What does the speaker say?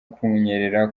kunyerera